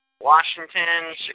Washington